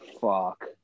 Fuck